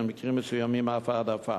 ובמקרים מסוימים אף העדפה.